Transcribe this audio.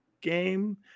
game